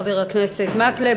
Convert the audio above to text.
חבר הכנסת מקלב.